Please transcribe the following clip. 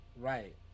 Right